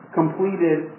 completed